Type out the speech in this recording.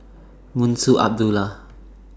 Munshi Abdullah